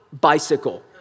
bicycle